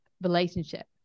relationship